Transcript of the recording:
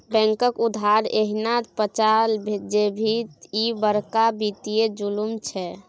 बैंकक उधार एहिना पचा जेभी, ई बड़का वित्तीय जुलुम छै